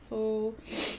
so